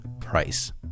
price